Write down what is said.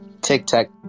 Tic-Tac